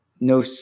no